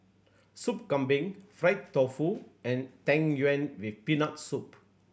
Sup Kambing fried tofu and Tang Yuen with Peanut Soup